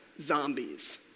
zombies